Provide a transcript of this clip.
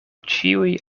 ĉiuj